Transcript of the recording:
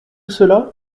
cela